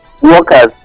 workers